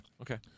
Okay